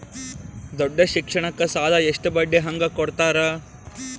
ದೊಡ್ಡ ಶಿಕ್ಷಣಕ್ಕ ಸಾಲ ಎಷ್ಟ ಬಡ್ಡಿ ಹಂಗ ಕೊಡ್ತಾರ?